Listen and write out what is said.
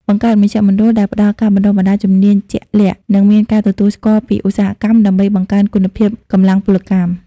បង្កើតមជ្ឈមណ្ឌលដែលផ្តល់ការបណ្តុះបណ្តាលជំនាញជាក់លាក់ និងមានការទទួលស្គាល់ពីឧស្សាហកម្ម ដើម្បីបង្កើនគុណភាពកម្លាំងពលកម្ម។